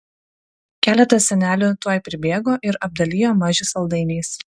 keletas senelių tuoj pribėgo ir apdalijo mažių saldainiais